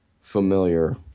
familiar